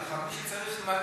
הוא לא צריך להאריך.